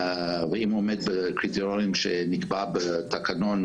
ואם הוא עומד בקריטריונים שנקבע בתקנון,